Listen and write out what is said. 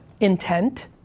intent